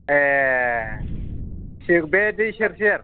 ए बे दै सेर सेर